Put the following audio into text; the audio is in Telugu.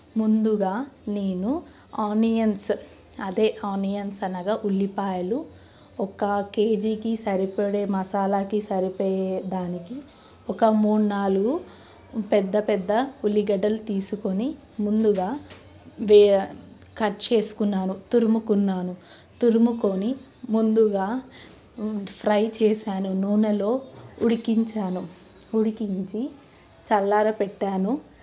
ముందుగా నేను ఆనియన్స్ అదే ఆనియన్స్ అనగా ఉల్లిపాయలు ఒక్క కేజీకి సరిపడే మసాలాకి సరిపోయే దానికి ఒక మూడు నాలుగు పెద్ద పెద్ద ఉల్లిగడ్డలు తీసుకొని ముందుగా వే కట్ చేసుకున్నాను తురుముకున్నాను తురుముకొని ముందుగా ఫ్రై చేసాను నూనెలో ఉడికించాను ఉడికించి చల్లారబెట్టాను